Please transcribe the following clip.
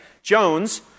Jones